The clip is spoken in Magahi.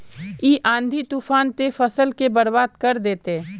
इ आँधी तूफान ते फसल के बर्बाद कर देते?